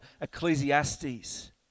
Ecclesiastes